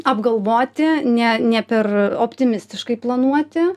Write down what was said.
apgalvoti ne ne per optimistiškai planuoti